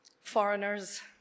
foreigners